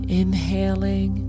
inhaling